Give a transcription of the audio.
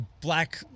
black